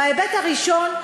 בהיבט הראשון,